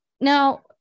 Now